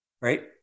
right